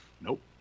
Nope